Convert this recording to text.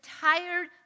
tired